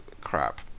crap